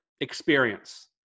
experience